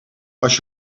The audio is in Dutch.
als